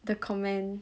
the comment